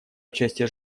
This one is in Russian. участие